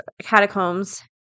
Catacombs